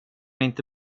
inte